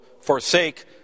forsake